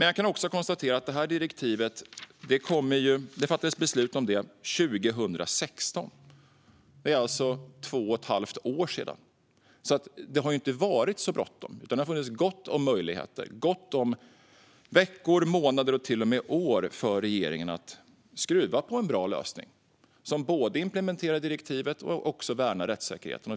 Jag kan också konstatera att beslutet om direktivet fattades 2016. Det är alltså två och ett halvt år sedan, så det har inte varit så bråttom. Det har funnits gott om möjligheter och veckor, månader och till och med år för regeringen att skruva på en bra lösning som både implementerar direktivet och värnar rättssäkerheten.